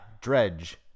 dredge